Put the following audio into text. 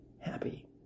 happy